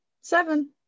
seven